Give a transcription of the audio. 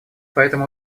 поэтому